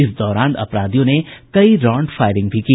इस दौरान अपराधियों ने कई राउंड फायरिंग भी की